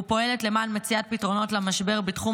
ופועלת למען מציאת פתרונות למשבר בתחום